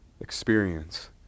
experience